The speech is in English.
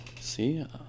See